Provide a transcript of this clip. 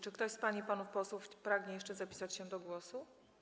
Czy ktoś z pań i panów posłów pragnie jeszcze zapisać się do głosu?